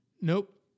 Nope